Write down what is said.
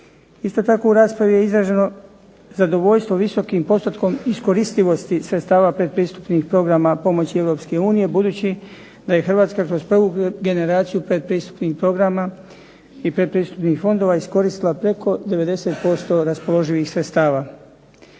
Isto tako, u raspravi je izraženo zadovoljstvo visokim postotkom iskoristivosti sredstava pretpristupnih programa pomoći Europske unije budući da je Hrvatska kroz prvu generaciju pretpristupnih programa i pretpristupnih fondova iskoristila preko 90% raspoloživih sredstava.